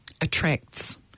attracts